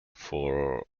for